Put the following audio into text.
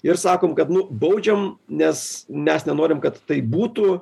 ir sakom kad nu baudžiam nes mes nenorim kad tai būtų